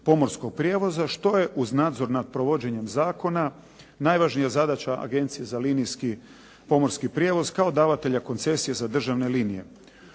pomorskog prijevoza što je uz nadzor nad provođenjem zakona najvažnija zadaća Agencije za linijski pomorski prijevoz kao davatelja koncesije za državne linije.